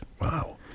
Wow